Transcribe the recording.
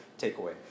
takeaway